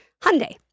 Hyundai